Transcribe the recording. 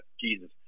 Jesus